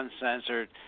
uncensored